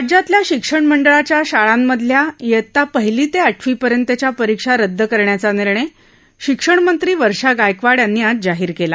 राज्यातल्या शिक्षण मंडळाच्या शाळांमधल्या इयत्ता पहिली ते आठवीपर्यंतच्या परीक्षा रद्द करण्याचा निर्णय शिक्षणमंत्री वर्षा गायकवाड यांनी आज जाहीर केला